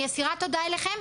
אני אסירת תודה אליכם,